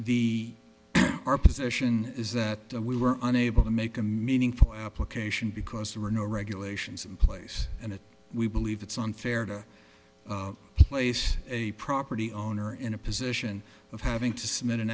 the our position is that we were unable to make a meaningful application because there were no regulations in place and we believe it's unfair to place a property owner in a position of having to submit an